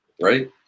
right